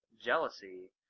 jealousy